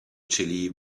chilly